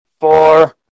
four